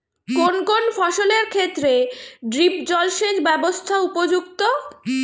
কোন কোন ফসলের ক্ষেত্রে ড্রিপ জলসেচ ব্যবস্থা উপযুক্ত?